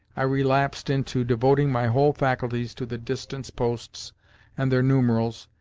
i relapsed into devoting my whole faculties to the distance-posts and their numerals,